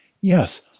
yes